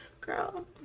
Girl